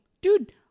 Dude